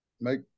make